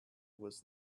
was